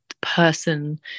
person